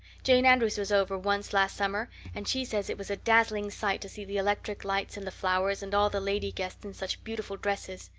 jane andrews was over once last summer and she says it was a dazzling sight to see the electric lights and the flowers and all the lady guests in such beautiful dresses.